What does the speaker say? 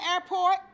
airport